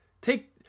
Take